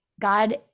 God